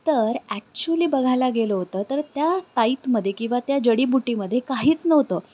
तर ॲक्च्युली बघायला गेलं होतं तर त्या ताईतमध्ये किंवा त्या जडीबुटीमध्ये काहीच नव्हतं